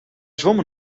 zwommen